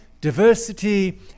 diversity